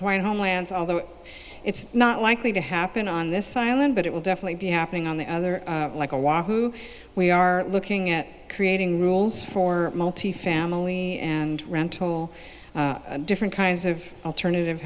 quite homelands although it's not likely to happen on this island but it will definitely be happening on the other we are looking at creating rules for multi family and rental different kinds of alternative